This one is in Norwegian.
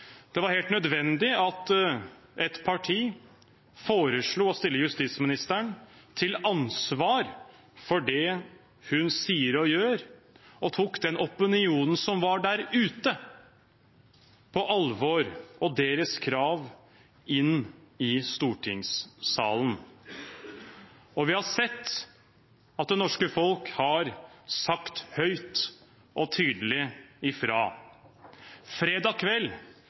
Det var helt nødvendig at ett parti foreslo å stille justisministeren til ansvar for det hun sier og gjør, og tok den opinionen som var der ute, på alvor og deres krav inn i stortingssalen. Og vi har sett at det norske folk har sagt høyt og tydelig ifra. Fredag kveld